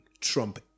trump